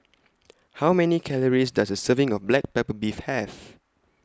How Many Calories Does A Serving of Black Pepper Beef Have